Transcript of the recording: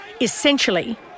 Essentially